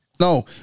No